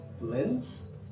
lens